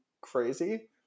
crazy